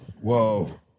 whoa